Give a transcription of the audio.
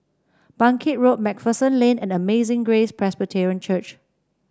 Bangkit Road MacPherson Lane and Amazing Grace Presbyterian Church